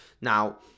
Now